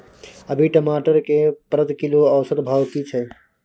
अभी टमाटर के प्रति किलो औसत भाव की छै?